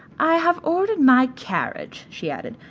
i have ordered my carriage, she added,